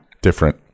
different